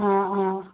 অঁ অঁ